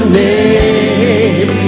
name